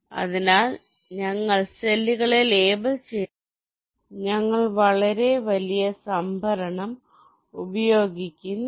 അതിനാൽ ഞങ്ങൾ സെല്ലുകളെ ലേബൽ ചെയ്യുന്നില്ല ഞങ്ങൾ വളരെ വലിയ സംഭരണം ഉപയോഗിക്കുന്നില്ല